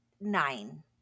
nine